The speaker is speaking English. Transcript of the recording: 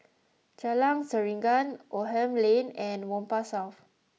Jalan Serengam Oldham Lane and Whampoa South